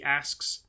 asks